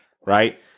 right